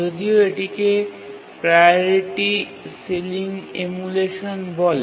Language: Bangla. যদিও এটিকে প্রাওরিটি সিলিং এমুলেশন বলে